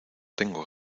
tengo